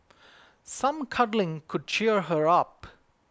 some cuddling could cheer her up